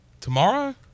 Tomorrow